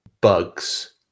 bugs